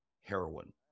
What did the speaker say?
heroin